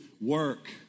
work